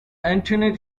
internet